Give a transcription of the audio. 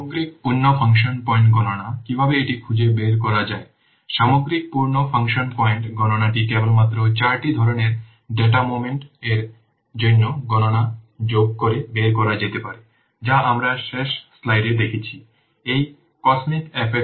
সামগ্রিক পূর্ণ function point গণনা কিভাবে এটি খুঁজে বের করা যায় সামগ্রিক পূর্ণ ফাংশন পয়েন্ট গণনাটি কেবলমাত্র 4টি ধরণের ডেটা মোমেন্ট এর জন্য গণনা যোগ করে বের করা যেতে পারে যা আমরা শেষ স্লাইডে দেখেছি